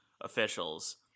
officials